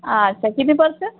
आच् किती बसेस